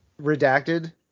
Redacted